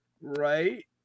right